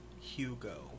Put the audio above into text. Hugo